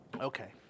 Okay